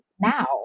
now